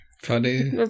funny